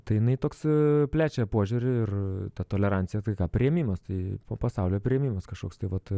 tai jinai toks plečia požiūrį ir tą toleranciją tai ką priėmimas tai pasaulio priėmimas kažkoks tai vat